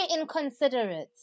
inconsiderate